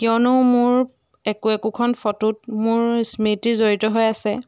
কিয়নো মোৰ একো একোখন ফটোত মোৰ স্মৃতি জড়িত হৈ আছে